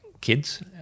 kids